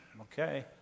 Okay